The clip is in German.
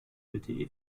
lte